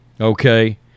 Okay